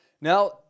Now